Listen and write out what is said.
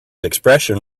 expression